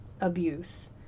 abuse